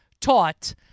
taught